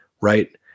right